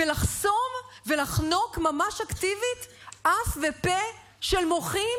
לחסום ולחנוק ממש אקטיבית אף ופה של מוחים?